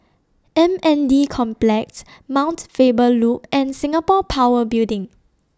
M N D Complex Mount Faber Loop and Singapore Power Building